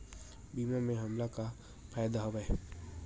बीमा ले हमला का फ़ायदा हवय?